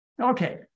Okay